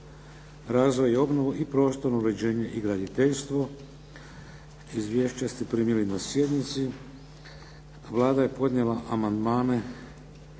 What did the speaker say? razvoj i obnovu i prostorno uređenje i graditeljstvo. Izvješća ste primili na sjednici. Vlada je podnijela amandmane